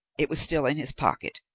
it was still in his pocket,